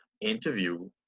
interview